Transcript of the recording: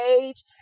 age